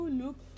look